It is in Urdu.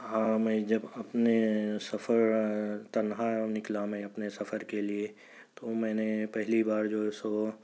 ہاں میں جب اپنے سفرِ تنہا نِکلا میں اپنے سفر کے لیے تو میں نے پہلی بار جو ہے سو